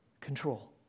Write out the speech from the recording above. control